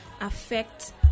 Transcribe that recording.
affect